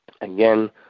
Again